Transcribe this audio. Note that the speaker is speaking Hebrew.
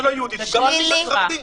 שלילי, שלילי.